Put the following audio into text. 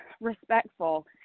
respectful